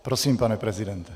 Prosím, pane prezidente.